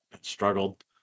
struggled